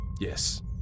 Yes